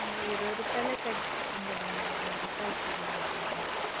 మరి ఇరవై రూపాయలు తగ్గించాను కదమ్మ వంద రూపాయలకు ఇమ్మంటున్నాను కదా